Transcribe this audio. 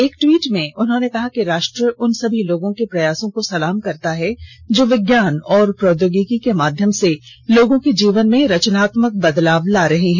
एक ट्वीट में उन्होंने कहा कि राष्ट्र उन सभी लोगों के प्रयासों को सलाम करता है जो विज्ञान और प्रौद्योगिकी के माध्यम से लोगों के जीवन में रचनात्मक बदलाव ला रहे हैं